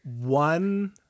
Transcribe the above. One